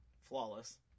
Flawless